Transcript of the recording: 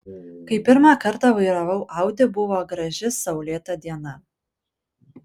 kai pirmą kartą vairavau audi buvo graži saulėta diena